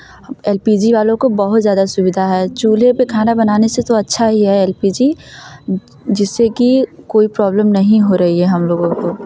L P G वालों को बहुत ज़्यादा सुविधा है चूल्हे पे खाना बनाने से तो अच्छा ही है एल पी जी जिससे कि कोई प्रॉब्लम नहीं हो रही है हम लोगों को